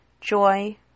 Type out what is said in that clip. joy